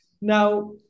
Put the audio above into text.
Now